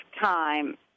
time